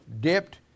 dipped